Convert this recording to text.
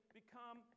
become